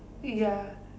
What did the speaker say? ya